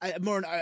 more